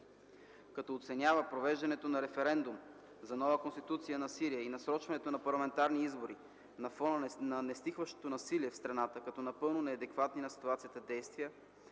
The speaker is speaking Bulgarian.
като оценява провеждането на референдум за нова Конституция на Сирия и насрочването на парламентарни избори на фона на нестихващото насилие в страната като напълно неадекватни на ситуацията действия;